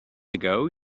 ago